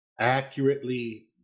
accurately